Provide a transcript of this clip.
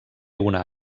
una